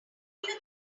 think